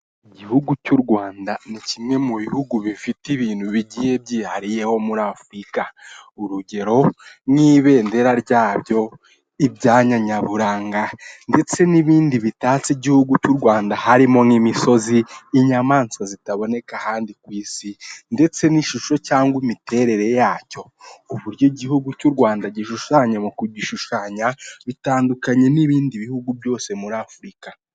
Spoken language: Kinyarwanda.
Umugore wambaye ikanzu y'igitenge ahagaze mu nzu ikorerwamo ubucuruzi bw'imyenda idoze, nayo imanitse ku twuma dufite ibara ry'umweru, hasi no hejuru ndetse iyo nzu ikorerwamo ubucuruzi ifite ibara ry'umweru ndetse n'inkingi zishinze z'umweru zifasheho iyo myenda imanitse.